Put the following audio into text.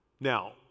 Now